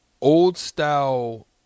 old-style